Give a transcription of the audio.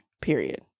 Period